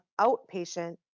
Outpatient